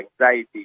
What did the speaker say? anxiety